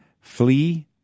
Flee